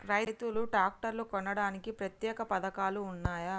రైతులు ట్రాక్టర్లు కొనడానికి ప్రత్యేక పథకాలు ఉన్నయా?